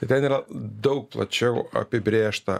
ir ten yra daug plačiau apibrėžta